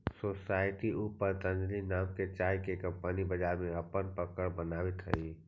society आउ पतंजलि नाम के चाय के कंपनी बाजार में अपन पकड़ बनावित हइ